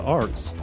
arts